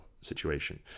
situation